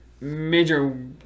major